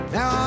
Now